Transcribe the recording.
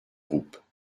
groupes